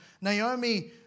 Naomi